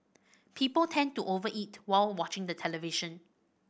people tend to over eat while watching the television